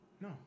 No